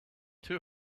two